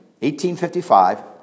1855